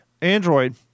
Android